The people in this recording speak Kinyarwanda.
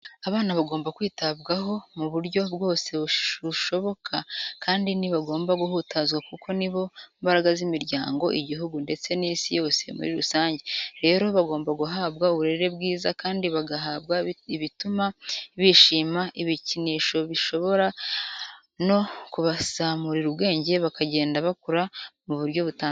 Abana bagomba kwitabwaho mu buryo bwose bushoboka kandi ntibagomba guhutazwa kuko ni bo mbaraga z'imiryango, igihugu ndetse n'Isi yose muri rusange. Rero bagomba guhabwa uburere bwiza kandi bagahabwa ibituma bishima, ibikinisho bishobora no kubazamurira ubwenge bakagenda bakura mu buryo butandukanye.